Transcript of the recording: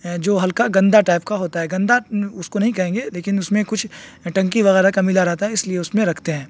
جو ہلکا گندہ ٹائپ کا ہوتا ہے گندہ اس کو نہیں کہیں گے لیکن اس میں کچھ ٹنکی وغیرہ کا ملا رہتا ہے اس لیے اس میں رکھتے ہیں